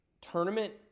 tournament